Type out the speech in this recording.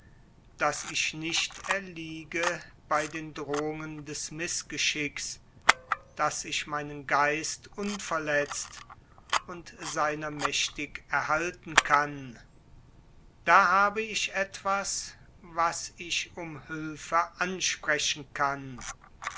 daß ich nicht erliege bei den drohungen des mißgeschicks daß ich meinen geist unverletzt und seiner mächtig erhalten kann da habe ich etwas was ich ansprechen kann